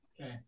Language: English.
Okay